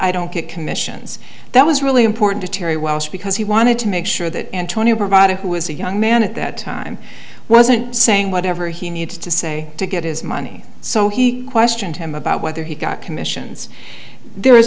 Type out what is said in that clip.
i don't get commissions that was really important to terry welsh because he wanted to make sure that antonio provider who was a young man at that time wasn't saying whatever he needs to say to get his money so he questioned him about whether he got commissions there is